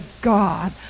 God